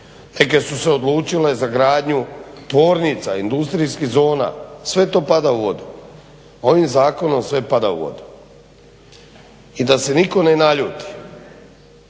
neke su se odlučile za gradnju tvornica, industrijskih zona. Sve to pada u vodu. Ovim zakonom sve pada u vodu. I da se nitko ne naljuti,